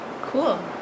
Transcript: Cool